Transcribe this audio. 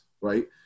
right